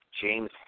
James